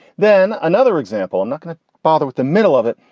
then another example. i'm not going to bother with the middle of it.